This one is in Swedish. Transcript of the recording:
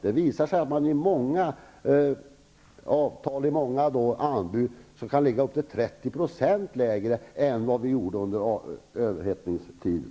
Det visar sig att många anbud kan ligga upp till 30 % lägre än under överhettningstiden.